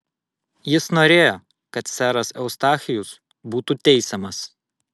jis norėjo kad seras eustachijus būtų teisiamas